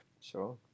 Sure